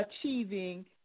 achieving